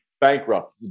bankrupt